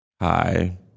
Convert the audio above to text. Hi